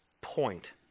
point